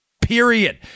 period